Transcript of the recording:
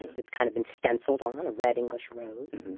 it's kind of been stenciled on, a red english rose.